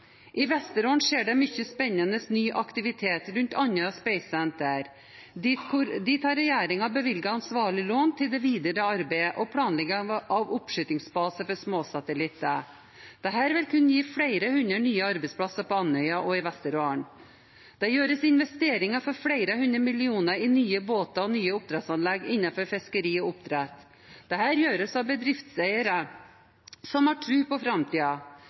I Vesterålen skjer det mye spennende ny aktivitet rundt Andøya Space Center. Dit har regjeringen bevilget ansvarlig lån til det videre arbeidet og planlegging av oppskytingsbase for småsatellitter. Dette vil kunne gi flere hundre nye arbeidsplasser på Andøya og i Vesterålen. Det gjøres investeringer for flere hundre millioner i nye båter og nye oppdrettsanlegg innenfor fiskeri og oppdrett. Dette gjøres av bedriftseiere som har tro på